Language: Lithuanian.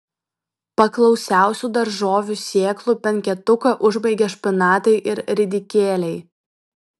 paklausiausių daržovių sėklų penketuką užbaigia špinatai ir ridikėliai